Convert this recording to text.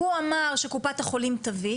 הוא אמר שקופת החולים תביא,